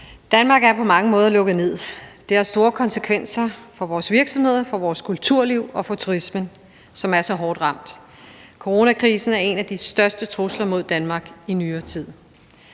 Danmark er på mange måder lukket ned. Det har store konsekvenser for vores virksomheder, for vores kulturliv og for turismen, som er så hårdt ramt. Coronakrisen er en af de største trusler mod Danmark i nyere tid.